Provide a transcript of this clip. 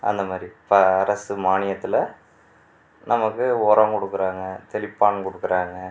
அந்த மாதிரி இப்போ அரசு மானியத்தில் நமக்கு உரம் கொடுக்கறாங்க தெளிப்பான் கொடுக்கறாங்க